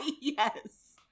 Yes